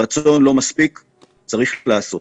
לא מספיק רצון, צריך גם לעשות.